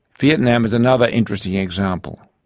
vietnam is another interesting example.